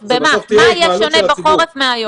מה יהיה שונה בחורף מהיום?